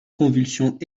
convulsions